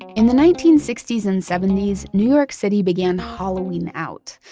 in the nineteen sixty s and seventy s, new york city began hollowing out.